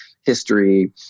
history